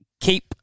keep